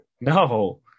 no